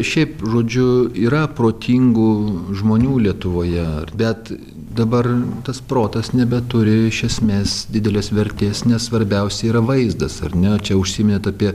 šiaip žodžiu yra protingų žmonių lietuvoje ar bet dabar tas protas nebeturi iš esmės didelės vertės nes svarbiausia yra vaizdas ar ne čia užsiminėt apie